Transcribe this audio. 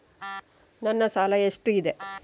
ನನ್ನ ಸಾಲ ಎಷ್ಟು ಇದೆ?